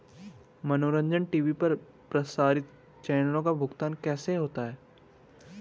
मनोरंजन टी.वी पर प्रसारित चैनलों का भुगतान कैसे होता है?